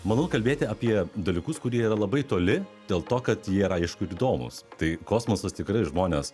manau kalbėti apie dalykus kurie yra labai toli dėl to kad jie yra aišku ir įdomūs tai kosmosas tikrai žmonės